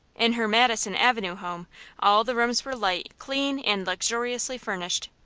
in her madison avenue home all the rooms were light, clean and luxuriously furnished.